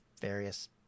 various